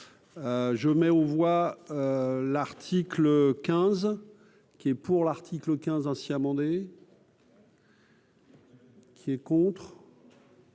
je mets aux voix, l'article 15 qui est pour l'article 15, ainsi amendé. Qui est contre.